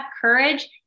courage